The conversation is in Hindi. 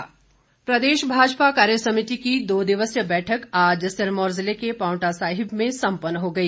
भाजपा प्रदेश भाजपा कार्यसमिति की दो दिवसीय बैठक आज सिरमौर जिले के पांवटा साहिब में सम्पन्न हो गई